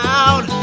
out